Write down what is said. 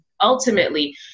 ultimately